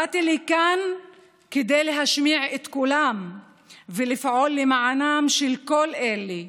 באתי לכאן כדי להשמיע את קולם ולפעול למענם של כל אלה.